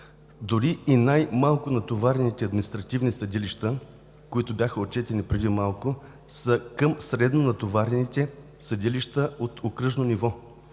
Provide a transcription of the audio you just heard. Дори и най-малко натоварените административни съдилища, които бяха отчетени преди малко, са към средно натоварените съдилища от окръжно ниво,